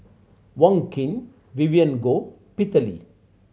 Wong Keen Vivien Goh Peter Lee